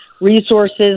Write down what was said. resources